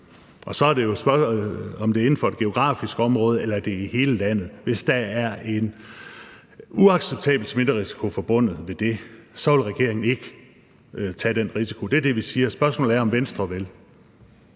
og så er det jo et spørgsmål om, om det er inden for et geografisk område, eller det er i hele landet – så vil regeringen ikke tage den risiko. Det er det, vi siger. Og spørgsmålet er, om Venstre vil.